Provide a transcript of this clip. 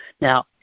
Now